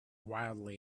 wildly